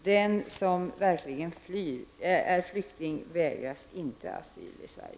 Den som verkligen är flykting vägras inte asyl i Sverige.